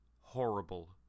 horrible